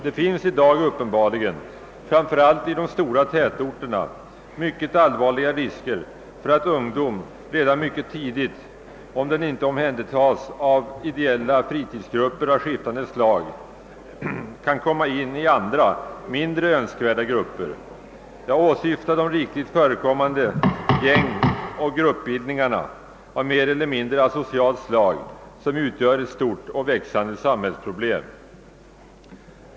Det finns i dag uppenbarligen, framför allt i de största tätorterna, allvarliga risker för att ungdomen redan mycket tidigt, om den inte omhändertas av ideella fritidsgrupper av skiftande slag, kan komma in i andra, mindre önskvärda grupper. Jag åsyftar de rikligt förekommande gängoch gruppbildningarna av mer eller mindre asocialt slag som utgör ett stort och växande samhällsproblem.